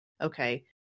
okay